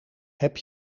heb